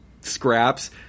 scraps